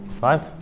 Five